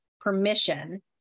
permission